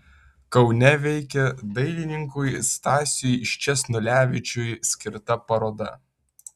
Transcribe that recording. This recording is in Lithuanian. kaune veikia dailininkui stasiui sčesnulevičiui skirta paroda